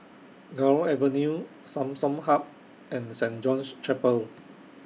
Gul Avenue Samsung Hub and Saint John's Chapel